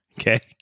Okay